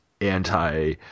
anti